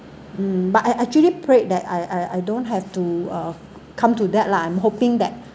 but I actually prayed that I I I don't have to uh come to that lah I'm hoping that